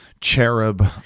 cherub